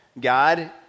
God